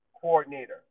coordinator